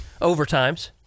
overtimes